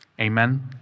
Amen